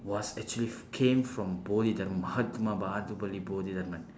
was actually came from bodhidharma mahatma baahubali bodhidharman